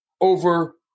over